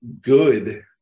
good